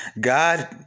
God